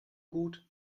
gut